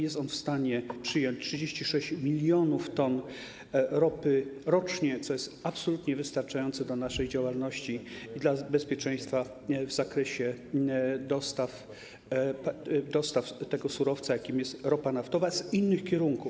Jest on w stanie przyjąć 36 mln t ropy rocznie, co jest absolutnie wystarczające dla naszej działalności i dla bezpieczeństwa w zakresie dostaw tego surowca, jakim jest ropa naftowa, z innych kierunków.